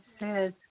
says